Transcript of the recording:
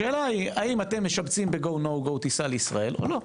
השאלה היא האם אתם משבצים ב-GO NO GO טיסה לישראל או לא?